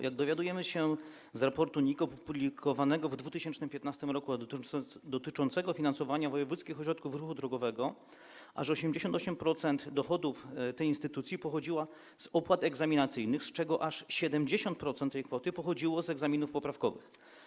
Jak dowiadujemy się z raportu NIK opublikowanego w 2015 r., a dotyczącego finansowania wojewódzkich ośrodków ruchu drogowego, aż 88% dochodów tej instytucji pochodziło z opłat egzaminacyjnych, z czego aż 70% tej kwoty pochodziło z egzaminów poprawkowych.